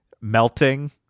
melting